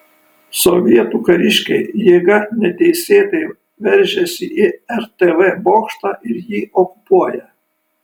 sovietų kariškiai jėga neteisėtai veržiasi į rtv bokštą ir jį okupuoja